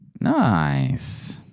Nice